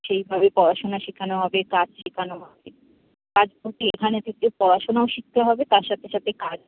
সেইভাবে পড়াশোনা শেখানো হবে কাজ শেখানো হবে তার যদি এখানে থেকে পড়াশোনাও শিখতে হবে তার সাথে সাথে কাজ